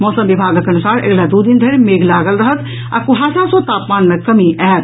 मौसम विभागक अनुसार अगिला दू दिन धरि मेघ लागल रहत आ कुहासा सॅ तापमान मे कमी आओत